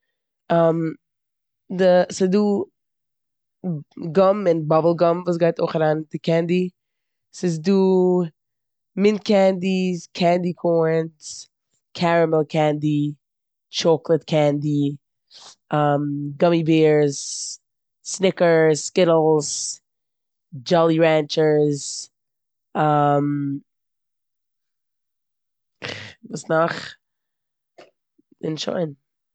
די- ס'דא גאם אןם באבל גאם וואס גייט אויך אריין אין די קענדי. ס'איז דא מינט קענדיס, קענדי קארנס, קערעמעל קענדי, טשאקאלאד קענדי, גאמי בערס, סניקערס, סקיטטלעס, דשאלי רענטשערס כ- וואס נאך? און שוין.